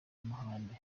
amahane